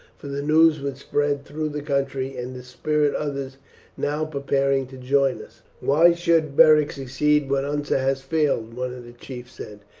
for the news would spread through the country and dispirit others now preparing to join us. why should beric succeed when unser has failed? one of the chiefs said.